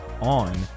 on